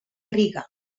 riga